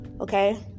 okay